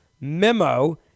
memo